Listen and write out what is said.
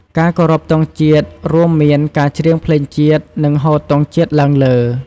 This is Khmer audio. ការគោរពទង់ជាតិរួមមានការច្រៀងភ្លេងជាតិ និងហូតទង់ជាតិឡើងលើ។